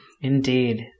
Indeed